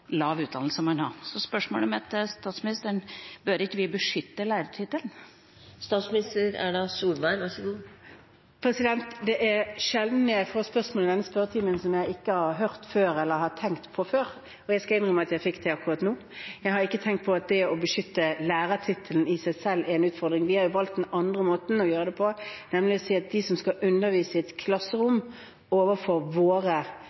lav utdannelse man har. Spørsmålet mitt til statsministeren er: Bør vi ikke beskytte lærertittelen? Det er sjelden jeg får spørsmål i spørretimen som jeg ikke har hørt eller tenkt på før. Jeg skal innrømme at jeg fikk det akkurat nå. Jeg har ikke tenkt på at det å beskytte lærertittelen i seg selv er en utfordring. Vi har valgt den andre måten å gjøre det på, nemlig å si at de som skal undervise våre barn i et